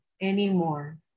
anymore